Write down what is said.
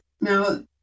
Now